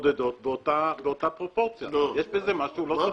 מתמודדות באותה פרופורציה, יש בזה משהו לא סביר.